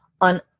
on